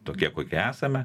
tokie kokie esame